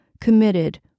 committed